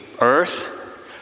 earth